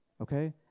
Okay